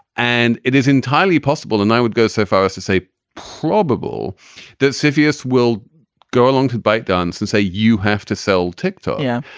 and it is entirely possible and i would go so far as to say probable that silvius will go along to bite dones and say you have to sell tickets. ah yeah.